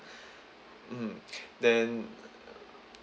mmhmm then uh